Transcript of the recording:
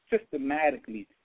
systematically